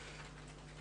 בספורט.